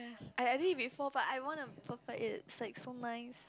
I I did it before but I want to perfect it it's like so nice